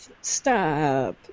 stop